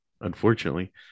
unfortunately